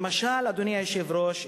למשל, אדוני היושב-ראש,